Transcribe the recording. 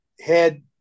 head